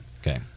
Okay